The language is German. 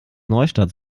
neustadt